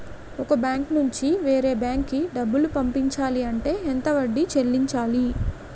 ఒక బ్యాంక్ నుంచి వేరే బ్యాంక్ కి డబ్బులు పంపించాలి అంటే ఎంత వడ్డీ చెల్లించాలి?